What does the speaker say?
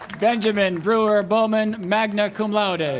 benjamin brewer-bowman magna cum laude ah